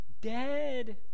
dead